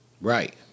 Right